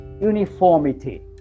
uniformity